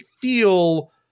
feel